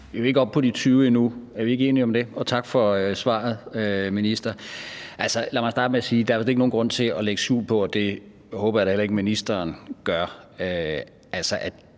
vi er jo ikke oppe på de 20.000 endnu – er vi ikke enige om det? Altså, lad mig starte med at sige, at der vist ikke er nogen grund til at lægge skjul på – og det håber jeg da heller ikke ministeren gør